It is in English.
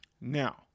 Now